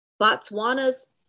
Botswana's